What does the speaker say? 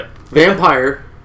Vampire